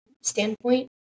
standpoint